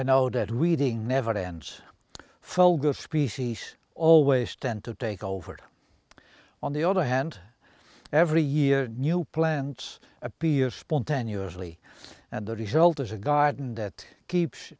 i know that weeding never ends full good species always tend to take over on the other hand every year new plants appear spontaneously and the result is a garden that keeps